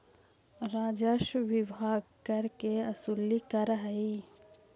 राजस्व विभाग कर के वसूली करऽ हई